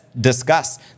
discuss